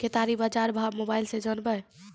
केताड़ी के बाजार भाव मोबाइल से जानवे?